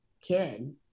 kid